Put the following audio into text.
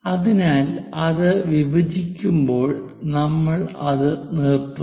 അതിനാൽ അത് വിഭജിക്കുമ്പോൾ നമ്മൾ അത് നിർത്തും